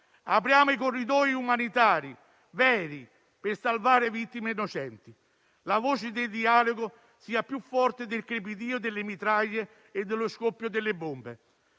Apriamo i corridoi umanitari veri, per salvare vittime innocenti. La voce del dialogo sia più forte del crepitio delle mitraglie e dello scoppio delle bombe.